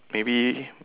maybe